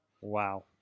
Wow